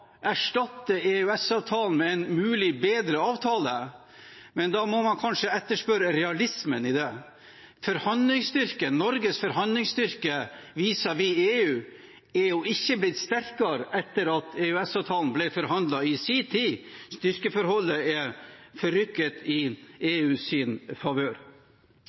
erstatte EØS-avtalen med en mulig bedre avtale, men da må man kanskje etterspørre realismen i det. Norges forhandlingsstyrke vis-à-vis EU er ikke blitt sterkere etter at EØS-avtalen ble framforhandlet i sin tid. Styrkeforholdet er forrykket i EUs favør.